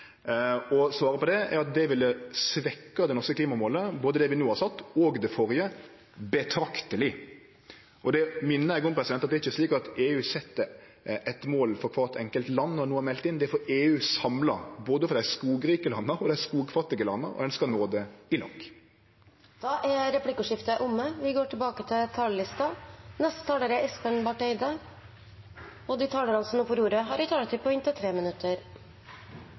Svaret på det er at det ville ha svekt det norske klimamålet betrakteleg, både det vi no har sett, og det førre. Eg minner om at det ikkje er slik at EU set eit mål for kvart enkelt land i det ein no har meldt inn. Det er for EU samla, både for dei skogrike landa og for dei skogfattige landa, og ein skal nå det i lag. Replikkordskiftet er omme. De talerne som nå får ordet, har også en taletid på inntil 3 minutter. Dette er en viktig dag, og jeg har